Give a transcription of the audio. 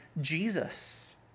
Jesus